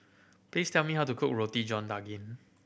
please tell me how to cook Roti John Daging